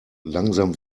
langsam